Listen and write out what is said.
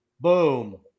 Boom